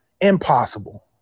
Impossible